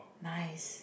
nice